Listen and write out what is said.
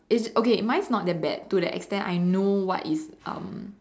it's okay mine's not that bad to the extent I know what is um